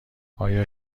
آیا